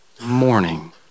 morning